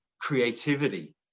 creativity